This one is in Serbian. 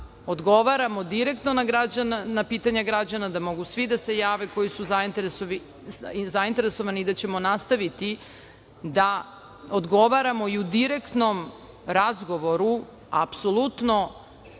odgovaramo direktno na pitanja građana, da mogu svi da se jave koji su zainteresovani i da ćemo nastaviti da odgovaramo i u direktnom razgovoru. Apsolutno